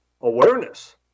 awareness